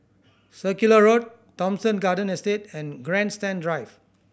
Circular Road Thomson Garden Estate and Grandstand Drive